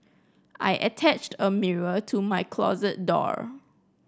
I attached a mirror to my closet door